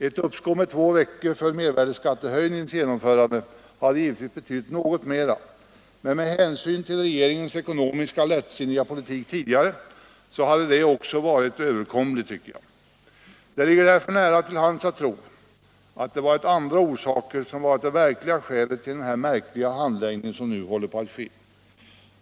Ett uppskov med två veckor för mervärdeskattehöjningens genomförande hade givetvis betytt något mera, men med hänsyn till regeringens lättsinniga ekonomiska politik tidigare hade också detta varit överkomligt, tycker jag. Det ligger därför nära till hands att tro att andra förhållanden varit det verkliga skälet till den märkliga handläggning som nu håller på att ske.